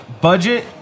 budget